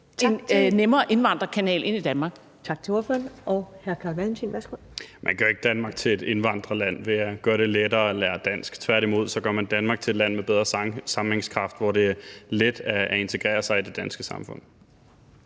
Tak til ordføreren. Hr. Carl Valentin, værsgo. Kl. 13:48 Carl Valentin (SF): Man gør ikke Danmark til et indvandrerland ved at gøre det lettere at lære dansk. Tværtimod gør man Danmark til et land med en bedre sammenhængskraft, hvor det er let at integrere sig i det danske samfund.